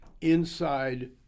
inside